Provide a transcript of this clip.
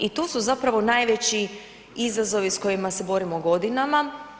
I tu su zapravo najveći izazovi s kojima se borimo godinama.